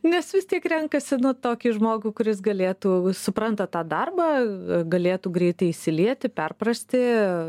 nes vis tiek renkasi na tokį žmogų kuris galėtų supranta tą darbą galėtų greitai įsilieti perprasti